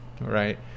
right